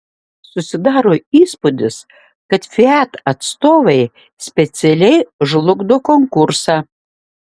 susidaro įspūdis kad fiat atstovai specialiai žlugdo konkursą